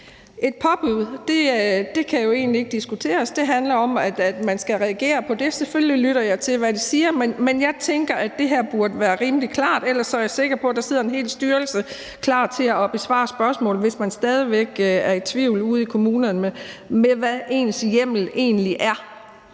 jo egentlig ikke diskuteres. Det handler om, at man skal reagere på det. Selvfølgelig lytter jeg til, hvad de siger, men jeg tænker, at det her burde være rimelig klart. Ellers er jeg sikker på, at der sidder en hel styrelse klar til at besvare spørgsmål, hvis man stadig væk er i tvivl ude i kommunerne om, hvad ens hjemmel egentlig er.